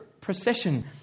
procession